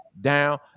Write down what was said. down